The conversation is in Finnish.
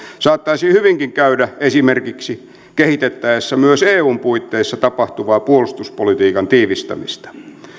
saattaisi hyvinkin käydä esimerkiksi kehitettäessä myös eun puitteissa tapahtuvaa puolustuspolitiikan tiivistämistä